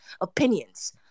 opinions